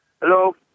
Hello